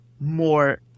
more